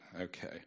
Okay